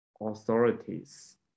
authorities